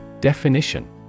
Definition